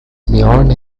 beyond